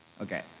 Okay